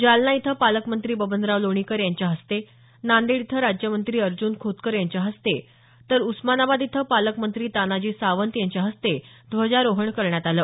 जालना इथं पालकमंत्री बबनराव लोणीकर यांच्या हस्ते नांदेड इथं राज्य मंत्री अर्जून खोतकर यांच्या हस्ते तर उस्मानाबाद इथं पालकमंत्री तानाजी सावंत यांच्या हस्ते ध्वजारोहण करण्यात आलं